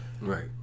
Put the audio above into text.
Right